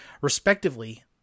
respectively